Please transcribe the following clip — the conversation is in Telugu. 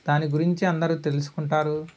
దాని గురించి అందరూ తెలుసుకుంటారు